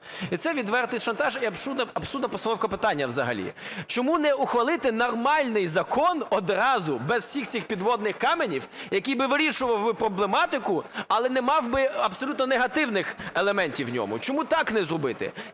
І це відвертий шантаж і абсурдна постановка питання взагалі. Чому не ухвалити нормальний закон одразу, без всіх цих "підводних каменів", який би вирішував проблематику, але не мав би абсолютно негативних елементів в ньому? Чому так не зробити?